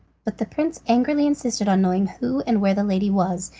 but the prince angrily insisted on knowing who and where the lady was,